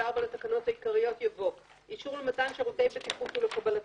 584 לתקנות העיקריות יבוא: אישור למתן שירותי בטיחות ולקבלתם.